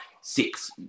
six